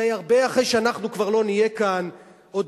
הרבה אחרי שאנחנו כבר לא נהיה כאן עוד